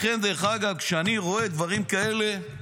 לכן כשאני רואה דברים כאלה,